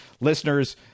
listeners